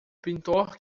pintor